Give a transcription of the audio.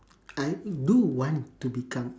I do want to become